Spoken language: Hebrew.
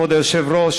כבוד היושב-ראש,